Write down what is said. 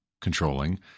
controlling